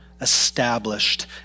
established